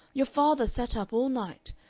your father sat up all night.